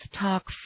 talk